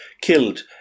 killed